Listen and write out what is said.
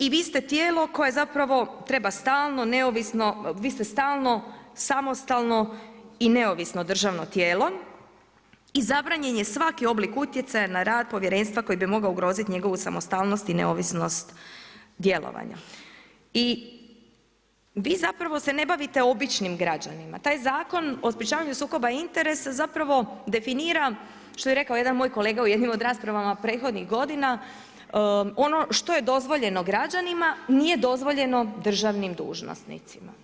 I vi ste tijelo koje treba stalno, neovisno, vi ste stalno, samostalno i neovisno državno tijelo i zabranjen je svaki oblik utjecaja na povjerenstva koji bi mogao ugroziti njegovu samostalnost i neovisnost djelovanja I vi zapravo se ne bavite običnim građanima, taj Zakon o sprečavanju sukoba interesa zapravo definira, što je rekao jedan moj kolega u jednim od rasprava prethodnih godina, ono što je dozvoljeno građanima, nije dozvoljeno državnim dužnosnicima.